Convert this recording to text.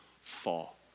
fall